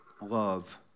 love